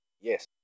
yes